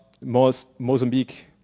Mozambique